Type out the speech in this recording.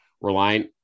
relying